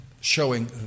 showing